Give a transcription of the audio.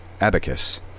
Abacus